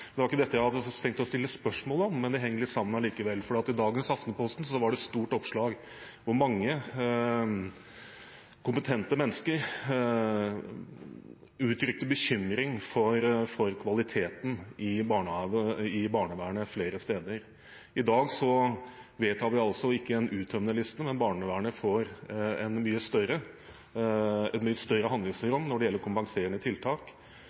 Det var ikke dette jeg hadde tenkt å stille spørsmål om, men det henger litt sammen likevel, for i dagens Aftenposten er det et stort oppslag hvor mange kompetente mennesker uttrykker bekymring for kvaliteten i barnevernet flere steder. I dag vedtar vi ikke en uttømmende liste, men barnevernet får et mye større handlingsrom når det gjelder kompenserende tiltak.